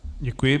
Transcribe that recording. Děkuji.